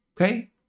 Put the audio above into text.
okay